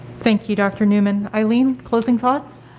thank you dr. newman. eileen, closing thoughts?